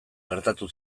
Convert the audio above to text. gertatu